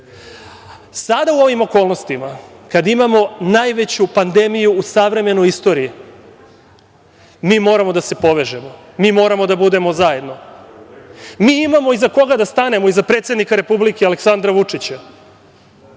u ovim okolnostima kada imamo najveću pandemiju u savremenoj istoriji, mi moramo da se povežemo, mi moramo da budemo zajedno. Mi imamo iza koga da stanemo, iza predsednika Republike Aleksandra Vučića,